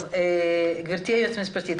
גברתי היועצת המשפטית,